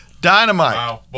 Dynamite